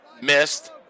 Missed